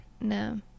No